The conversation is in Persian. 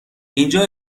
اینجا